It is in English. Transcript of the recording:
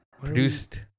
Produced